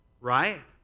Right